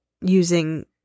using